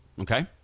Okay